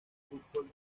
fútbol